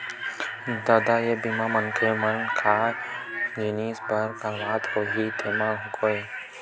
ददा ये बीमा मनखे मन काय जिनिय बर करवात होही तेमा गोय?